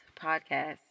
podcast